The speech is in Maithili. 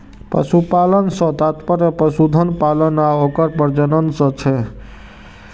पशुपालन सं तात्पर्य पशुधन पालन आ ओकर प्रजनन सं छै